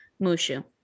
mushu